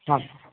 हा